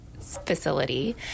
facility